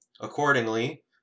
Accordingly